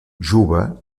juba